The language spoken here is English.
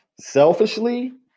Selfishly